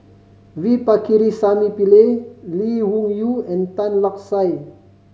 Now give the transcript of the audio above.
V Pakirisamy Pillai Lee Wung Yew and Tan Lark Sye